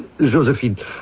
Josephine